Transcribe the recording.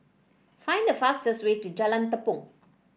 find the fastest way to Jalan Tepong